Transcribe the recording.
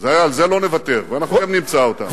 על זה לא נוותר, ואנחנו גם נמצא אותם.